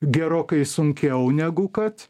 gerokai sunkiau negu kad